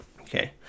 Okay